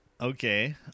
Okay